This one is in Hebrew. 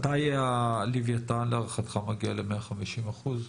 מתי לוויתן להערכתך מגיע ל-150%?